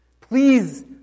Please